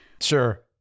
Sure